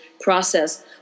process